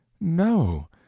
No